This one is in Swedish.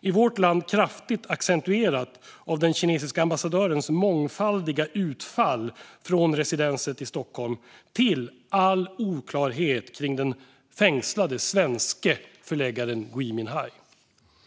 i vårt land kraftigt accentuerat av allt från den kinesiska ambassadörens mångfaldiga utfall från residenset i Stockholm till all oklarhet kring den fängslade svenske förläggaren Gui Minhai.